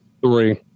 Three